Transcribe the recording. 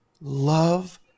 love